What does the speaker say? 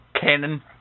cannon